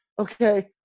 okay